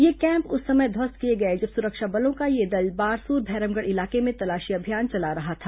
ये कैम्प उस समय ध्वस्त किए गए जब सुरक्षा बलों का यह दल बारसूर मैरमगढ़ इलाके में तलाशी अभियान चला रहा था